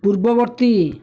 ପୂର୍ବବର୍ତ୍ତୀ